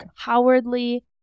cowardly